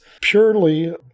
purely